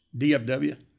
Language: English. DFW